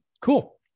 Cool